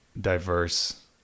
diverse